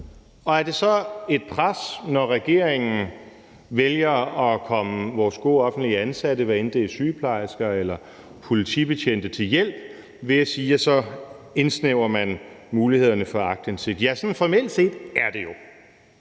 Og er det så et pres, når regeringen vælger at komme vores gode offentligt ansatte, hvad enten det er sygeplejersker eller politibetjente, til hjælp ved at sige, at så indsnævrer man mulighederne for aktindsigt? Ja, sådan formelt set er det jo.